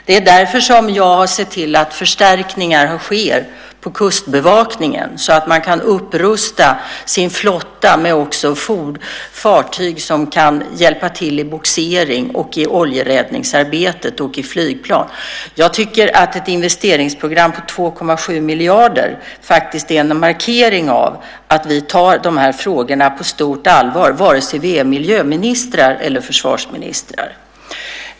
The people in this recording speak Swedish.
Det är därför jag har sett till att förstärkningar sker av Kustbevakningen, så att man kan upprusta sin flotta också med fartyg som kan hjälpa till med bogsering och i oljeräddningsarbetet och också flygplan. Jag tycker att ett investeringsprogram på 2,7 miljarder faktiskt är en markering av att vi tar de här frågorna på stort allvar, vare sig vi är miljöministrar eller försvarsministrar.